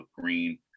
green